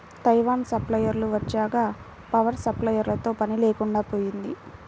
Taiwan స్ప్రేయర్లు వచ్చాక power స్ప్రేయర్లతో పని లేకుండా పోయింది